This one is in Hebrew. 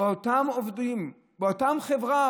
בין העובדים באותן חברות,